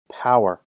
power